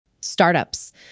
Startups